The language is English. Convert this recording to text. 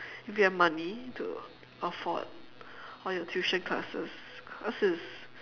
if you have money to afford all your tuition classes cause it's